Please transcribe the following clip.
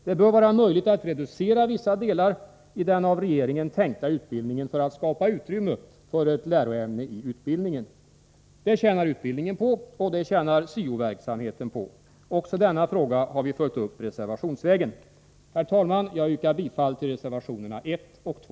Det bör vara möjligt att reducera vissa delar i den av regeringen tänkta utbildningen för att skapa utrymme för ett läroämne i utbildningen. Det tjänar utbildningen på och det tjänar syo-verksamheten på. Också denna fråga har vi följt upp reservationsvägen. Herr talman! Jag yrkar bifall till reservationerna 1 och 2.